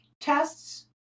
tests